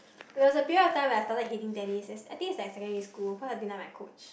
there was a period of time where I started hating tennis s~ I think it's like secondary school because I didn't like my coach